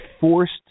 forced